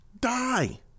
Die